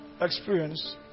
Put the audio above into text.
experience